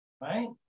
Right